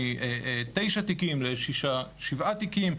מתשעה תיקים לשבעה תיקים,